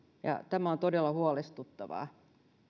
ja tämä on todella huolestuttavaa